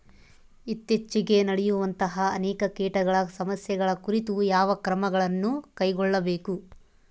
ಇತ್ತೇಚಿಗೆ ನಡೆಯುವಂತಹ ಅನೇಕ ಕೇಟಗಳ ಸಮಸ್ಯೆಗಳ ಕುರಿತು ಯಾವ ಕ್ರಮಗಳನ್ನು ಕೈಗೊಳ್ಳಬೇಕು?